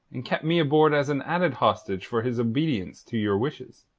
and kept me aboard as an added hostage for his obedience to your wishes.